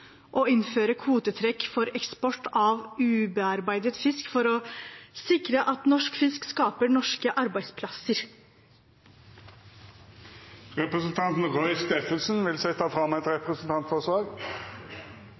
å innføre kvotetrekk for eksport av ubearbeidet fisk for å sikre at norsk fisk skaper norske arbeidsplasser. Representanten Roy Steffensen vil setja fram